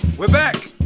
we're back.